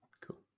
Cool